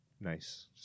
nice